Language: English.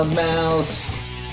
mouse